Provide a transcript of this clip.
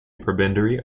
prebendary